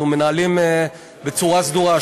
אנחנו מנהלים בצורה סדורה.